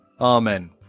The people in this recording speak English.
Amen